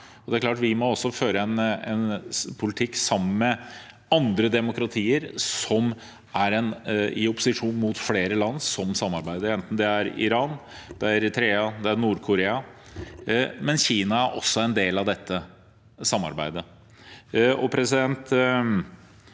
Vi må føre en politikk sammen med andre demokratier som er i opposisjon mot flere land som samarbeider, enten det er Iran, Eritrea eller Nord-Korea. Kina er også en del av dette samarbeidet.